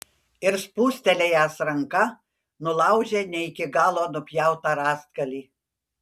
ir spūstelėjęs ranka nulaužė ne iki galo nupjautą rąstgalį